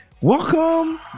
welcome